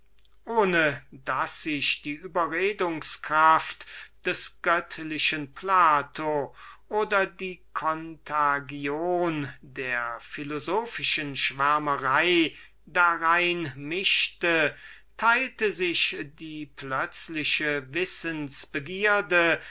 ohne daß sich die überredungs kunst des göttlichen plato oder die kontagion der philosophischen schwärmerei darein mischte teilte sich die plötzliche wissens-begierde